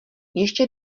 ještě